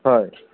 হয়